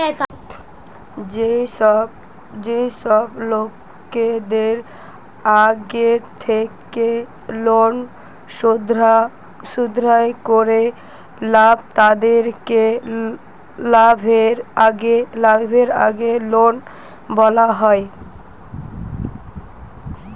যেই সব লোকদের আগের থেকেই লোন শোধ করা লাই, তাদেরকে লেভেরাগেজ লোন বলা হয়